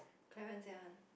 Clarence say one